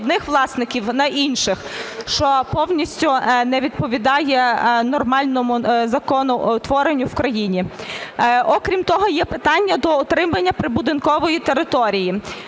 з одних власників на інших, що повністю не відповідає нормальному законотворенню в країні. Окрім того є питання до утримання прибудинкової території.